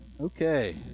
Okay